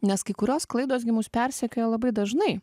nes kai kurios klaidos gi mus persekioja labai dažnai